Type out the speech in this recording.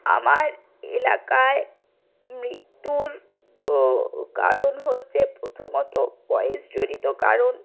আমার এলাকায় মৃত্যুরও কারণ হচ্ছে প্রথমত বয়েসজনিত কারণ